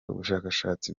ubushakashatsi